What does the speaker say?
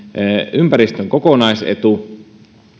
ympäristön kokonaisetu